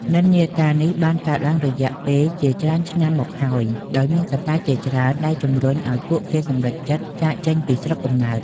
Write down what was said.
និន្នាការនេះបានកើតឡើងអស់រយៈពេលជាច្រើនឆ្នាំមកហើយ ដោយមានកត្តាជាច្រើនដែលជំរុញឱ្យពួកគេសម្រេចចិត្តចាកចេញពីស្រុកកំណើត។